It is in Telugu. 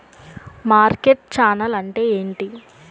మార్కెట్ ఛానల్ అంటే ఏంటి?